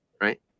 right